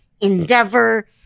endeavor